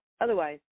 Otherwise